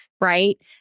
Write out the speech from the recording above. right